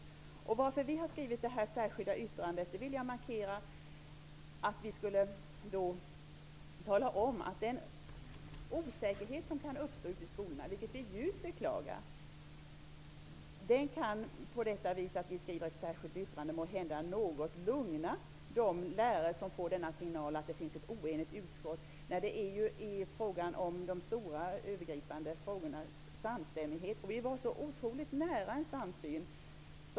Genom vårt särskilda yttrande ville jag bemöta den osäkerhet som kan uppstå ute i skolorna, vilket vi djupt beklagar. Måhända kan vi lugna de lärare som får signalen att utskottet är oenigt. I fråga om de stora övergripande frågorna råder det ju samstämmighet. Vi var ju så otroligt nära en samsyn.